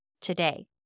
today